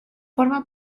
forma